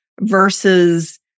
versus